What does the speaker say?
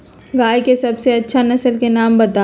गाय के सबसे अच्छा नसल के नाम बताऊ?